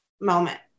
moment